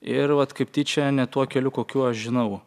ir vat kaip tyčia ne tuo keliu kokiu aš žinau